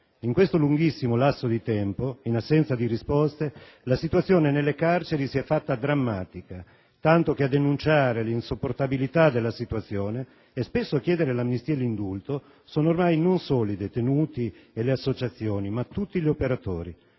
In questo lunghissimo lasso di tempo, in assenza di risposte, la situazione nelle carceri si è fatta drammatica, tanto che a denunciare l'insopportabilità della situazione, e spesso a chiedere l'amnistia e l'indulto, sono ormai non solo i detenuti e le associazioni ma tutti gli operatori: